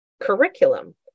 curriculum